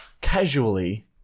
casually